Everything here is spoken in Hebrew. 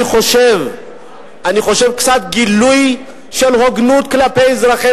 אני חושב שעם קצת גילוי של הוגנות כלפי אזרחי